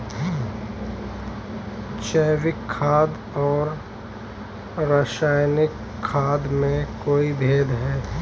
जैविक खाद और रासायनिक खाद में कोई भेद है?